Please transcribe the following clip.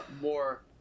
more